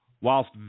whilst